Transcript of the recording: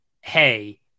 hey